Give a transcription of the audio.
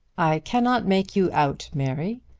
i cannot make you out, mary.